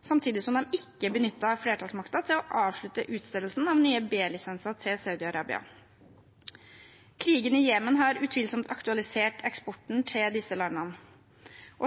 samtidig som de ikke benyttet flertallsmakten til å avslutte utstedelsen av nye B-lisenser til Saudi-Arabia. Krigen i Jemen har utvilsomt aktualisert eksporten til disse landene.